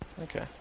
Okay